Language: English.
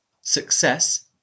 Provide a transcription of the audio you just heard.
success